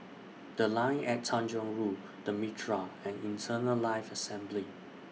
The Line At Tanjong Rhu The Mitraa and Eternal Life Assembly